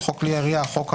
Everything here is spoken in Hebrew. חוק כלי ירייה, חוק החשמל,